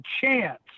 chance